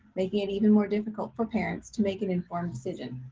making it even more difficult for parents to make an informed decision.